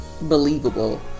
believable